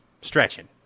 Stretching